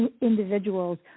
individuals